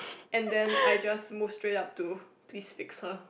and then I just move straight up to tea speaks her